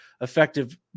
effective